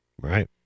Right